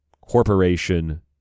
corporation